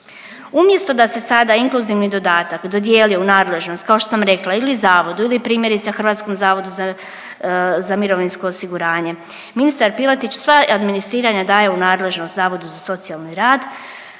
Umjesto da se sada inkluzivni dodatak dodijeli u nadležnost kao što sam rekla ili Zavodu ili primjerice Hrvatskom zavodu za, za mirovinsko osiguranje, ministar Piletić sva administriranja daje u nadležnost Zavodu za socijalni rad,